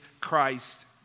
Christ